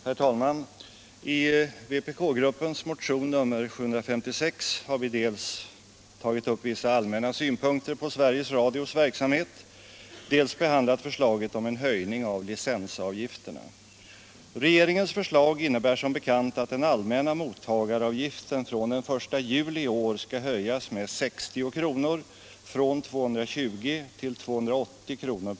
Herr talman! I vpk-gruppens motion nr 756 har vi dels tagit upp vissa allmänna synpunkter på Sveriges Radios verksamhet, dels behandlat förslaget om en höjning av licensavgifterna. Regeringens förslag innebär som bekant att den allmänna mottagaravgiften från den 1 juli i år skall höjas med 60 kr., från 220 till 280 kr.